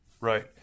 Right